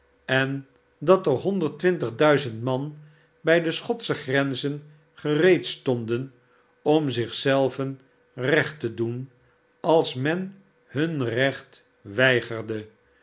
en dat er honderd twintig duizend man bij de schotsche grenzen gereedstonden om zich zelven recht te doen als men hun recht weigerde